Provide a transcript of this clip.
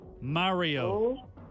Mario